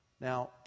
now